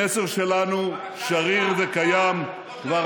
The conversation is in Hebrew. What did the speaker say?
המסר שלנו שריר וקיים, שלח.